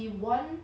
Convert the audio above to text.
oh